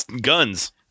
guns